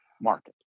market